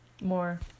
more